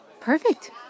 Perfect